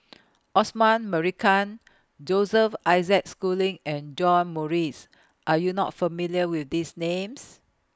Osman Merican Joseph Isaac Schooling and John Morrice Are YOU not familiar with These Names